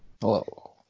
Hello